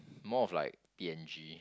more of like P and G